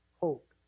hope